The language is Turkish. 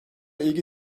ilgi